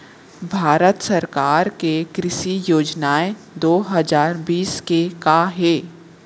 भारत सरकार के कृषि योजनाएं दो हजार बीस के का हे?